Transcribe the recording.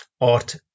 Art